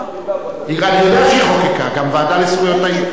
היא מחוקקת, הוועדה לזכויות הילד?